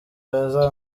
beza